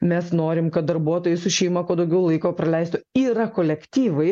mes norim kad darbuotojai su šeima kuo daugiau laiko praleistų yra kolektyvai